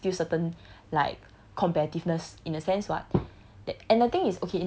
ultimately there's still certain like competitiveness in a sense [what]